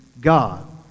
God